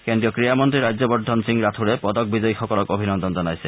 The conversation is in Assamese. কেন্দ্ৰীয় ক্ৰীড়ামন্ত্ৰী ৰাজ্যবৰ্ধন সিং ৰাথোড়ে পদক বিজয়ীসকলক অভিনন্দন জনাইছে